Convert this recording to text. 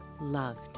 loved